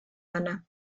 anna